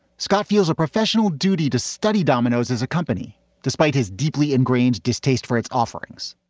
scott feels a professional duty to study domino's as a company despite his deeply ingrained distaste for its offerings,